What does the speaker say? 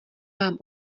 vám